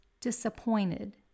disappointed